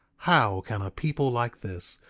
how can a people like this,